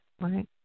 Right